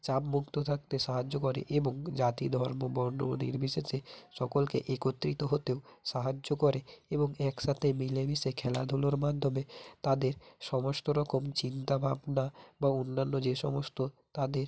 চাপমুক্ত থাকতে সাহায্য করে এবং জাতি ধর্ম বর্ণ ও নির্বিশেষে সকলকে একত্রিত হতেও সাহায্য করে এবং একসাথে মিলেমিশে খেলাধুলোর মাধ্যমে তাদের সমস্ত রকম চিন্তা ভাবনা বা অন্যান্য যে সমস্ত তাদের